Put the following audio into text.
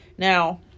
Now